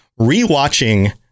rewatching